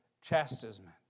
chastisement